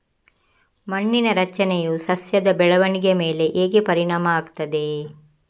ಮಣ್ಣಿನ ರಚನೆಯು ಸಸ್ಯದ ಬೆಳವಣಿಗೆಯ ಮೇಲೆ ಹೇಗೆ ಪರಿಣಾಮ ಆಗ್ತದೆ?